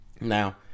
now